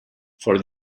for